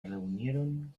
reunieron